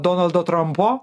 donaldo trumpo